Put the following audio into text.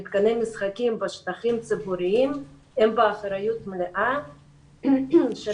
מתקני משחקים בשטחים ציבוריים הם באחריות מלאה של